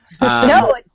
No